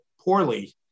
poorly